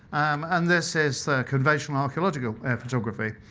and this is the conventional archaeological air photography.